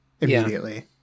immediately